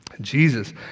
Jesus